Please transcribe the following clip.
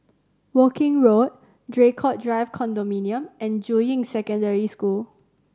Woking Road Draycott Drive Condominium and Juying Secondary School